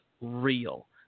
real